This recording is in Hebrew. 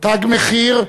"תג מחיר"